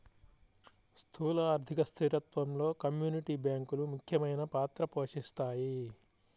స్థూల ఆర్థిక స్థిరత్వంలో కమ్యూనిటీ బ్యాంకులు ముఖ్యమైన పాత్ర పోషిస్తాయి